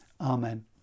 Amen